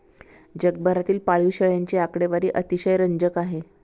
जगभरातील पाळीव शेळ्यांची आकडेवारी अतिशय रंजक आहे